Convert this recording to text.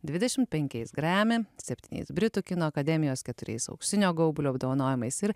dvidešim penkiais grammy septyniais britų kino akademijos keturiais auksinio gaublio apdovanojimais ir